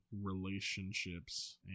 relationships